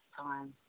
time